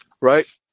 right